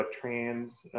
trans